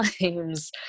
times